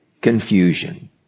Confusion